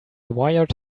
wired